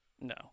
No